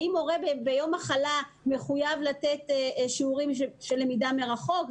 האם מורה ביום מחלה מחויב לתת שיעורים של למידה מרחוק.